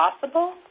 possible